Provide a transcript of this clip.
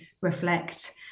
reflect